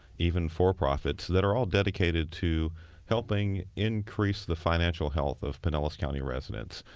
even for-profits that are all dedicated to helping increase the financial health of pinellas county residents,